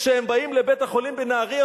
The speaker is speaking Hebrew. כשהם באים לבית-החולים בנהרייה,